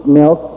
milk